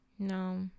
No